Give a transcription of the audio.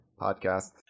podcast